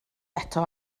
eto